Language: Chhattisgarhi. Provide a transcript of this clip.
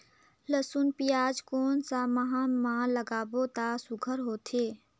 लसुन पियाज कोन सा माह म लागाबो त सुघ्घर होथे?